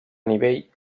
nivell